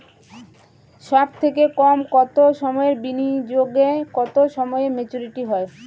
সবথেকে কম কতো সময়ের বিনিয়োগে কতো সময়ে মেচুরিটি হয়?